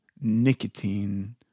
nicotine